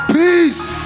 peace